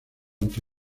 anti